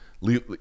leave